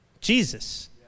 Jesus